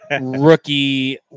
rookie